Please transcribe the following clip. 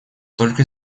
только